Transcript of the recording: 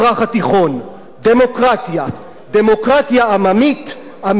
דמוקרטיה, דמוקרטיה אמיתית, ממשית,